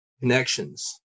connections